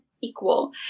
equal